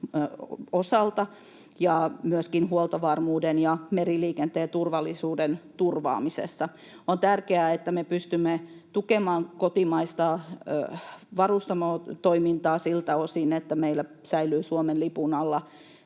osalta ja myöskin huoltovarmuuden ja meriliikenteen turvallisuuden turvaamisessa. On tärkeää, että me pystymme tukemaan kotimaista varustamotoimintaa siltä osin, että meillä säilyy Suomen lipun alla